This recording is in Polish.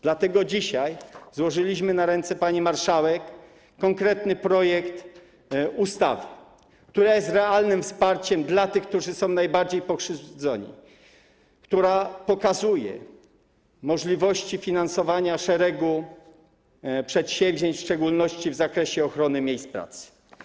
Dlatego dzisiaj złożyliśmy na ręce pani marszałek konkretny projekt ustawy, która jest realnym wsparciem dla tych, którzy są najbardziej pokrzywdzeni, która pokazuje możliwości finansowania szeregu przedsięwzięć, w szczególności w zakresie ochrony miejsc pracy.